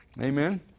Amen